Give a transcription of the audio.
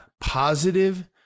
positive